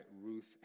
Ruth